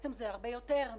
בעצם זה הרבה יותר מזה,